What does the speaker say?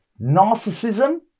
narcissism